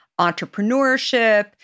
entrepreneurship